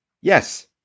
Yes